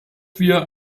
wir